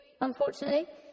unfortunately